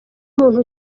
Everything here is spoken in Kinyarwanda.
umuntu